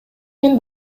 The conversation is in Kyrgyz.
мен